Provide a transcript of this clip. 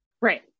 Right